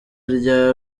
rya